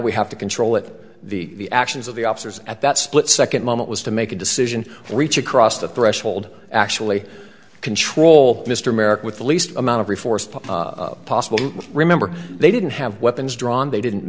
we have to control it the actions of the officers at that split second moment was to make a decision and reach across the threshold actually control mr merrick with the least amount of resource possible remember they didn't have weapons drawn they didn't